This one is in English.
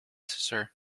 sir